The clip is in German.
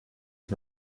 ich